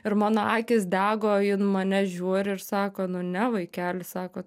ir mano akys dega o jin į mane žiūri ir sako nu ne vaikeli sako